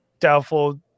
Doubtful